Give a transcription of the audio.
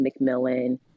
McMillan